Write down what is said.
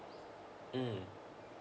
mm